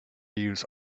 use